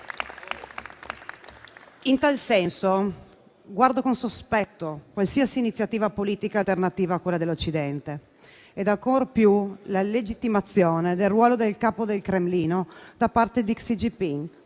In tal senso, guardo con sospetto qualsiasi iniziativa politica alternativa a quella dell'Occidente e ancor più la legittimazione del ruolo del capo del Cremlino da parte di Xi Jinping,